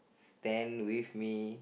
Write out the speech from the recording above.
stand with me